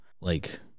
like-